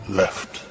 left